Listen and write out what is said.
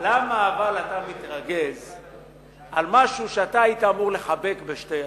אבל למה אתה מתרגז על משהו שאתה היית אמור לחבק בשתי ידיים?